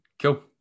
Cool